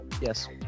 yes